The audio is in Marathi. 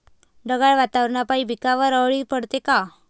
ढगाळ वातावरनापाई पिकावर अळी पडते का?